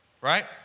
Right